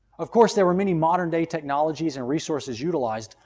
of course, there were many modern-day technologies and resources utilized,